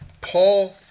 Paul